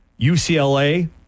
UCLA